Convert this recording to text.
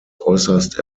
äußerst